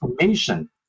information